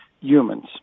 humans